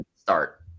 start